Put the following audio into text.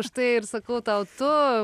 štai ir sakau tau tu